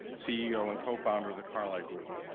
ceo and co-founder of the carlyle group.